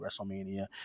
WrestleMania